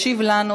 ישיב לנו,